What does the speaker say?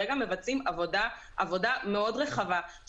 מבצעים עבודה מאוד רחבה,